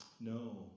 No